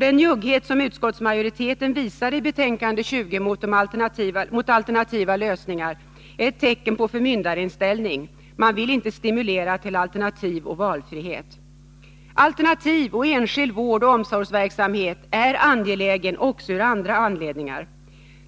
Den njugghet som utskottsmajoriteten i betänkande 20 visar mot alternativa lösningar är ett tecken på förmyndarinställning — man vill inte stimulera till alternativ och valfrihet. Att det finns alternativ och enskild vård och omsorgsverksamhet är angeläget också av andra anledningar.